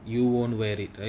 you won't wear it right